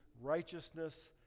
righteousness